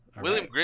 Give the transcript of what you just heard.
William